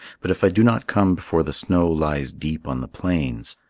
but if i do not come before the snow lies deep on the plains,